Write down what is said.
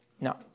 No